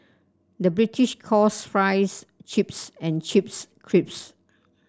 the British calls fries chips and chips crisps